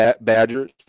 Badgers